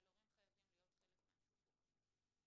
אבל הורים חייבים להיות חלק מהסיפור הזה.